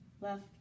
left